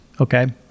Okay